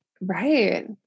right